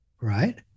right